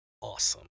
awesome